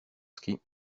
ski